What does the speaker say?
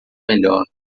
melhor